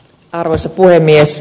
arvoisa puhemies